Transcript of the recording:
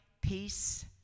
peace